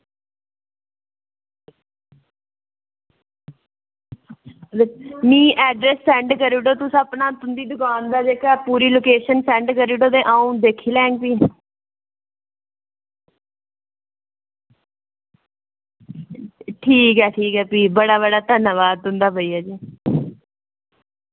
मी address send करी ओड़ो तुस अपना तुंदी दकान दा जेह्का पूरी लोकेशन सैंड करी ओड़ेओ ते अं'ऊ दिक्खी लैङ भी ठीक ऐ ठीक ऐ भी बड़ा बड़ा धन्नबाद तुंदा भैया जी